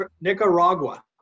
Nicaragua